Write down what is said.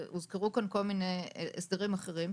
והוזכרו כאן כל מיני הסדרים אחרים,